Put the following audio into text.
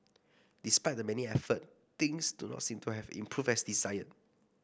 despite the many effort things do not seem to have improved as desired